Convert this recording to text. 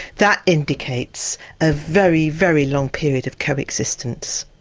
that indicates a very, very long period of co-existence.